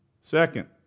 Second